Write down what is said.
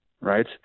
right